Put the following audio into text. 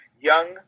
young